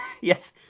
Yes